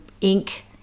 ink